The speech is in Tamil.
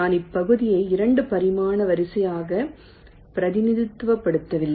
நான் இப்பகுதியை 2 பரிமாண வரிசையாக பிரதிநிதித்துவப்படுத்தவில்லை